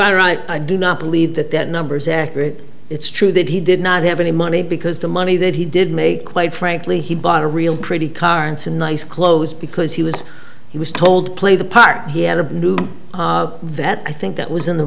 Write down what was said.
right i do not believe that that number is accurate it's true that he did not have any money because the money that he did make quite frankly he bought a real pretty car into nice clothes because he was he was told play the part he had a new that i think that was in the